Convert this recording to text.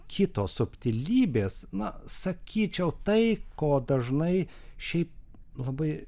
kitos subtilybės na sakyčiau tai ko dažnai šiaip labai